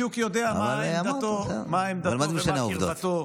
בדיוק מה עמדתו ומה קרבתו